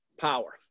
power